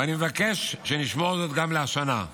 ואני מבקש שנשמר זאת גם השנה.